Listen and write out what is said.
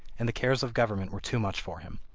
and the cares of government were too much for him.